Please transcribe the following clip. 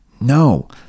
No